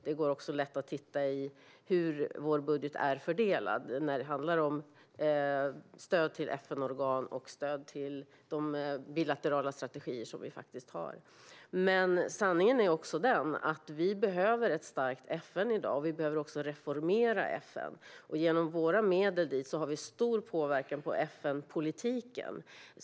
Det är också lätt att se hur vår budget är fördelad när det handlar om stöd till FN-organ och stöd till våra bilaterala strategier. Sanningen är också den att vi behöver ett starkt FN i dag. Vi behöver också reformera FN. Genom våra medel dit har vi stor påverkan på FN-politiken.